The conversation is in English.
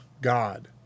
God